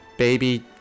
baby